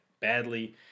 badly